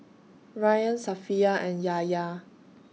Ryan Safiya and Yahya